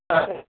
ಹಾಂ ಸರ್